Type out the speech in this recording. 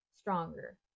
stronger